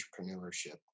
entrepreneurship